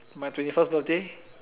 my twenty first birthday